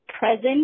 present